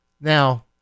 Now